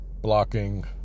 blocking